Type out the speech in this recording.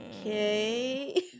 okay